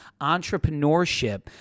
entrepreneurship